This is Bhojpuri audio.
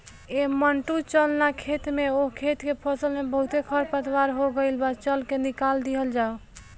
ऐ मंटू चल ना खेत में ओह खेत के फसल में बहुते खरपतवार हो गइल बा, चल के निकल दिहल जाव